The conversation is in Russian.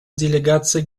делегацией